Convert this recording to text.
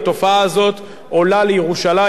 התופעה הזאת עולה לירושלים,